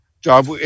job